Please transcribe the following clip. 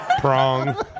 prong